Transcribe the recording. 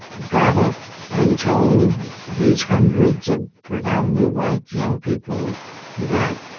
got up and told these hundreds of predominantly white young people that,